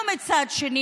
לצערי